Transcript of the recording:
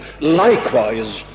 likewise